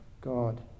God